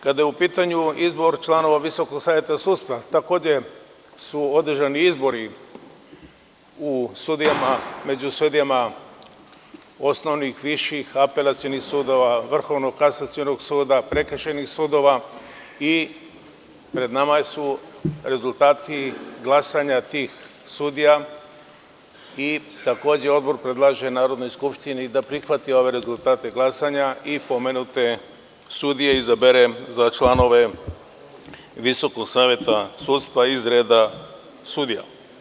Kada je u pitanju izbor članova Visokog saveta sudstva, takođe su održani izbori među sudijama osnovnih, viših, apelacionih sudova, Vrhovnog kasacionog suda, prekršajnih sudova i pred nama su rezultati glasanja tih sudija i Odbor, takođe, predlaže Narodnoj skupštini da prihvati ove rezultate glasanja i pomenute sudije izabere za članove Visokog saveta sudstva iz reda sudija.